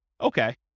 Okay